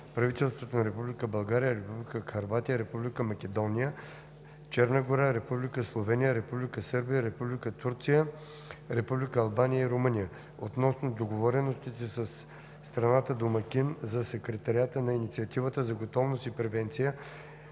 (правителствата на Република България, Република Хърватия, Република Македония, Черна гора, Република Словения, Република Сърбия, Република Турция, Република Албания и Румъния), относно договореностите със страната домакин за Секретариата на Инициативата за готовност и превенция